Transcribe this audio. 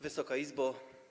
Wysoka Izbo!